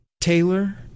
Taylor